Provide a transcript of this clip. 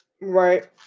Right